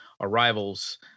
arrivals